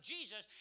Jesus